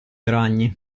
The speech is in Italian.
ragni